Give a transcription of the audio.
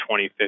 2050